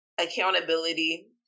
accountability